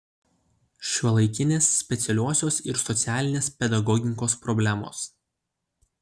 šiuolaikinės specialiosios ir socialinės pedagogikos problemos